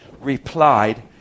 replied